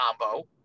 combo